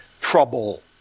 trouble